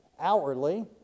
outwardly